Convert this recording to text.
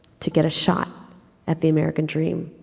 to get a shot at the american dream.